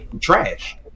trash